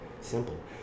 Simple